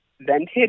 vented